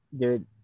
dude